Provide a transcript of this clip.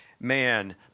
man